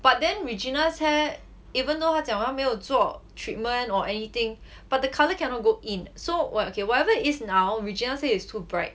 but then regina's hair even though 她讲话她没有做 treatment or anything but the colour cannot go in so what okay whatever it is now regina say is too bright